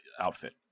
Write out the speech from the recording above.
outfit